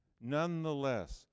Nonetheless